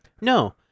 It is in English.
No